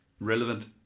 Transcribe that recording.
relevant